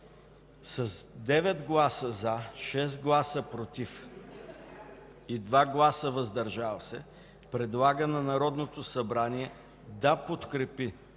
с 9 гласа „за”, 6 гласа „против” и 2 гласа „въздържали се” предлага на Народното събрание да подкрепи